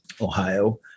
Ohio